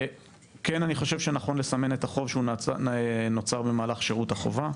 אני חושב שנכון לסמן את החוב שהוא נוצר במהלך שרות החובה.